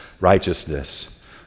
righteousness